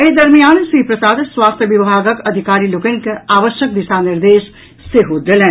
एहि दरमियान श्री प्रसाद स्वास्थ्य विभागक अधिकारी लोकनि के आवश्यक दिशा निर्देश सेहो देलनि